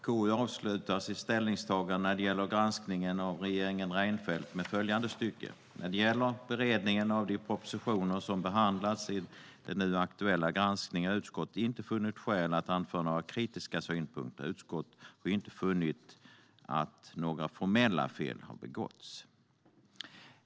KU avslutar sitt ställningstagande när det gäller granskningen av regeringen Reinfeldt med följande stycke: "När det gäller beredningen av de propositioner som behandlas i den nu aktuella granskningen har utskottet inte funnit skäl att anföra några kritiska synpunkter. Utskottet har inte funnit att några formella fel har begåtts."